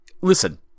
listen